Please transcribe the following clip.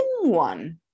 one